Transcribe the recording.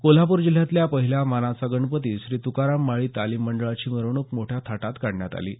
कोल्हापूर जिल्ह्यातल्या पहिला मानाचा गणपती श्री तुकाराम माळी तालीम मंडळाची मिरवणूक मोठ्या थाटात काढण्यात आली आहे